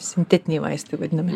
sintetiniai vaistai vadinami